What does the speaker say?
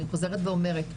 אני חוזרת ואומרת,